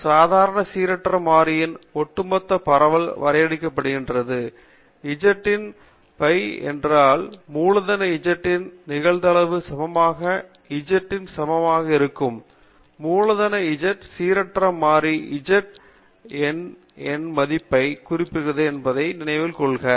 ஒரு சாதாரண சீரற்ற மாறியத்தின் ஒட்டுமொத்த பரவல் வரையறுக்கப்படுகிறது z ன் பை என்பது மூலதன Z இன் நிகழ்தகவு சமமாக அல்லது z க்கு சமமாக இருக்கும் மூலதன Z ஆனது சீரற்ற மாறி z மற்றும் z யை எந்த எண் மதிப்பையும் குறிக்கிறது என்பதை நினைவில் கொள்க